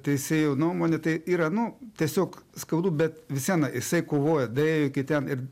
teisėjų nuomone tai yra nu tiesiog skaudu bet vis viena jisai kovojo daėjo iki ten ir